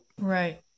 Right